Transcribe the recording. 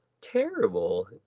terrible